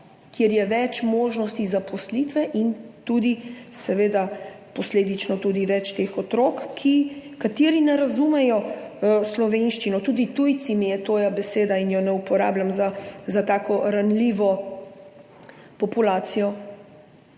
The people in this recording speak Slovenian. kjer je več možnosti zaposlitve in seveda posledično tudi več teh otrok, kateri ne razumejo slovenščine, tudi tujci, jim je tuja beseda in je ne uporabljam za tako ranljivo populacijo.